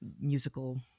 musical